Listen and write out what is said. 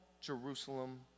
Jerusalem